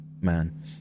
man